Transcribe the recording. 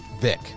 Vic